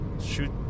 shoot